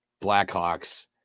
Blackhawks